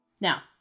Now